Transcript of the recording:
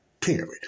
period